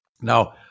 Now